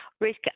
risk